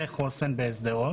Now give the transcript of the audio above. זה מבנה חוסן בשרות.